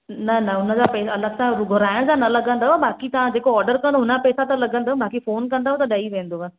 न न हुनजा पेंज अलगि सां घुरायन जा न लगंदव बाक़ी तव्हां जेको ऑडर कंदो हुनजा पैसा त लगंदव बाक़ी फ़ोन कंदव त ॾई वेंदव